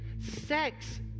Sex